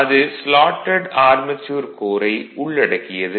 அது slotted armature கோரை உள்ளடக்கியது